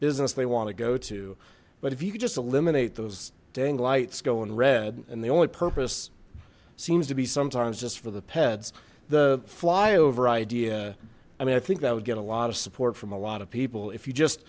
business they want to go to but if you could just eliminate those dang lights go in red and the only purpose seems to be sometimes just for the the flyover idea i mean i think that would get a lot of support from a lot of people if you just